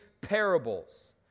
parables